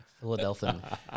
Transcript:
philadelphia